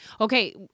Okay